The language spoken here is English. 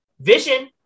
Vision